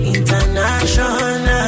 International